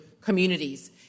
communities